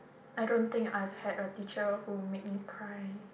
I don't think I've had a teacher who made me cry